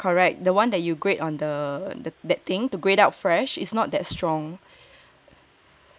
ya correct the one that you grate on the the that thing to grate up fresh is not that strong